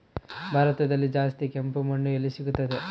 ಭಾರತದಲ್ಲಿ ಜಾಸ್ತಿ ಕೆಂಪು ಮಣ್ಣು ಎಲ್ಲಿ ಸಿಗುತ್ತದೆ?